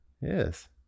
Yes